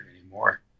anymore